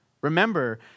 Remember